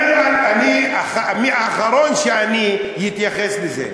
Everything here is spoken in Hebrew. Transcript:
אני האחרון שאתייחס לזה.